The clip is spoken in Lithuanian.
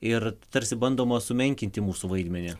ir tarsi bandoma sumenkinti mūsų vaidmenį